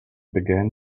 began